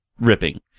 ripping